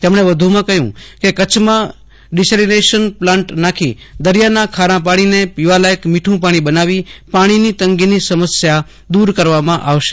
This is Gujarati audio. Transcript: તેમણે વધુમાં જણાવ્યું હતું કે કચ્છમાં ડીસેલીનેશન પ્લાન્ટ નાખી દરિયાના ખારા પાણીને પીવાલાયક મીઠું પાણી બનાવી પાણોની તંગીની સમસ્યા દુર કરવામાં આવશે